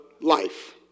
life